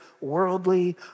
worldly